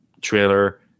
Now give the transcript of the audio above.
trailer